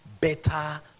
better